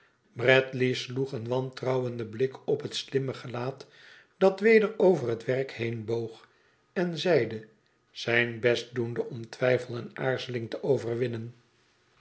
bradley sloeg een wantrouwenden blik op het slimme gelaat dat weder over het werk heenboog en zeide zijn best doende om twijfel en aarzeling te overwinnen